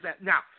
now